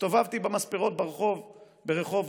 הסתובבתי במספרות ברחוב ברחובות,